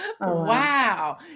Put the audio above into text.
Wow